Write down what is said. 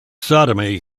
sodomy